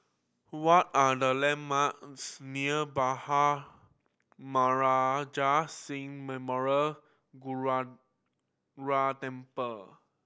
what are the landmarks near Bhai Maharaj Singh Temple